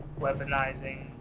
weaponizing